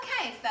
Okay